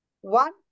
One